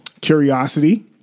curiosity